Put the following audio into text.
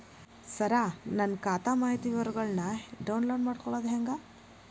ಸರ ನನ್ನ ಖಾತಾ ಮಾಹಿತಿ ವಿವರಗೊಳ್ನ, ಡೌನ್ಲೋಡ್ ಮಾಡ್ಕೊಳೋದು ಹೆಂಗ?